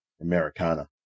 Americana